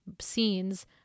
scenes